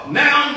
now